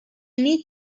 need